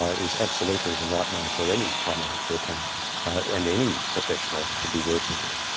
ah is absolutely the right way for any primary-healthcare team and any professional to be working together.